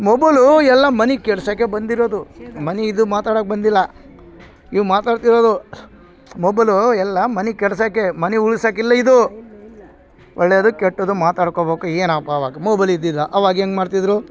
mobile ಎಲ್ಲ ಮನೆ ಕೆಡ್ಸೋಕೆ ಬಂದಿರೋದು ಮನೆ ಇದು ಮಾತಾಡೋಕ್ ಬಂದಿಲ್ಲ ಇವು ಮಾತಾಡ್ತಿರೋದು ಮೊಬಲು ಎಲ್ಲ ಮನೆ ಕೆಡ್ಸೋಕೆ ಮನೆ ಉಳ್ಸೋಕಿಲ್ಲ ಇದು ಒಳ್ಳೇದು ಕೆಟ್ಟದು ಮಾತಾಡ್ಕೋಬೇಕು ಏನು ಅಪಾವಾಗ ಮೊಬಲ್ ಇದ್ದಿಲ್ಲ ಅವಾಗ ಹೆಂಗ್ ಮಾಡ್ತಿದ್ರು